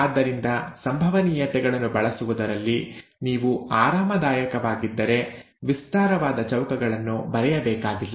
ಆದ್ದರಿಂದ ಸಂಭವನೀಯತೆಗಳನ್ನು ಬಳಸುವುದರಲ್ಲಿ ನೀವು ಆರಾಮದಾಯಕವಾಗಿದ್ದರೆ ವಿಸ್ತಾರವಾದ ಚೌಕಗಳನ್ನು ಬರೆಯಬೇಕಾಗಿಲ್ಲ